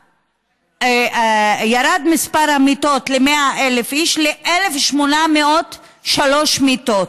ירד מספר המיטות ל-100,000 נפש ל-1,803 מיטות.